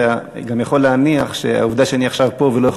אתה יכול להניח שהעובדה שאני עכשיו פה ולא יכול